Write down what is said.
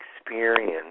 experience